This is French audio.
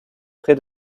près